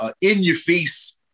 in-your-face